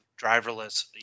driverless